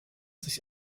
sich